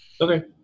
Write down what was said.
Okay